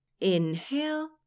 Inhale